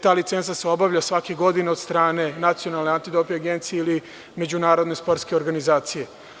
Ta licenca se obavlja svake godine od strane Nacionalne antidoping agencije ili međunarodne sportske organizacije.